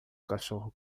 cachorro